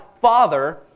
father